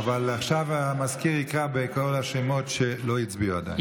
עכשיו המזכיר יקרא בכל השמות שלא הצביעו עדיין.